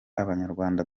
abanyarwanda